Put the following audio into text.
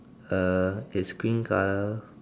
uh is green colour